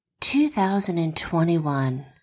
2021